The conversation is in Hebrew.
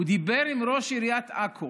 הוא דיבר עם ראש עיריית עכו